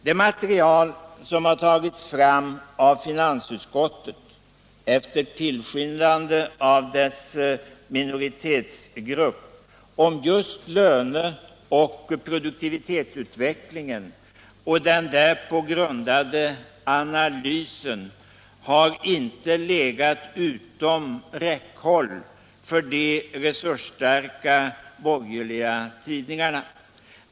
Det material som tagits fram av finansutskottet — efter tillskyndande av dess minoritetsgruppering — om just löneoch produktivitetsutvecklingen och den därpå grundade analysen har inte legat utom räckhåll för de resursstarka borgerliga tidningarna.